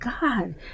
God